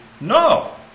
No